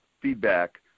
feedback